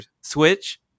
Switch